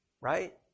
right